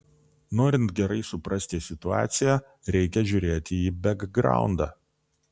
norint gerai suprasti situaciją reikia žiūrėti į bekgraundą